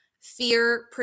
fear